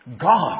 God